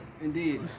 Indeed